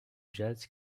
jazz